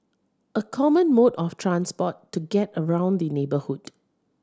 a common mode of transport to get around the neighbourhood